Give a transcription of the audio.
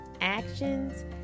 actions